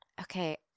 Okay